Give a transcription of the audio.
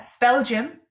Belgium